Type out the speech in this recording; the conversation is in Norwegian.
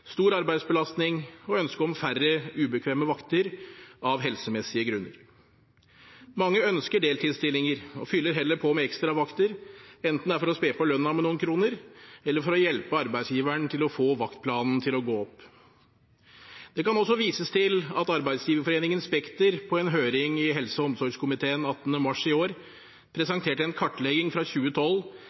stor arbeidsbelastning og ønske om færre ubekvemme vakter av helsemessige grunner. Mange ønsker deltidsstillinger og fyller heller på med ekstravakter, enten det er for å spe på lønnen med noen kroner eller for å hjelpe arbeidsgiveren til å få vaktplanen til å gå opp. Det kan også vises til at Arbeidsgiverforeningen Spekter på en høring i helse- og omsorgskomiteen 18. mars i år, presenterte en kartlegging fra 2012